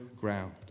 ground